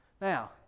Now